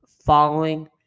following